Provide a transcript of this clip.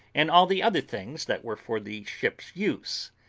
and all the other things that were for the ship's use,